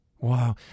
Wow